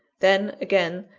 then, again,